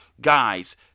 guys